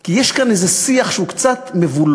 כי יש כאן איזה שיח שהוא קצת מבולבל.